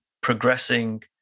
progressing